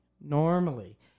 normally